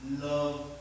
love